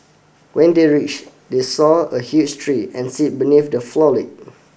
when they reached they saw a huge tree and seat beneath the foliage